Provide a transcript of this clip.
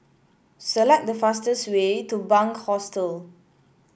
select the fastest way to Bunc Hostel